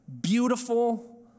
beautiful